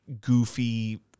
goofy